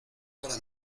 para